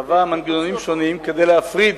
קבע מנגנונים שונים כדי להפריד